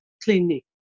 clinic